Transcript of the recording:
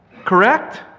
Correct